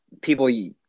People